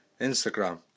Instagram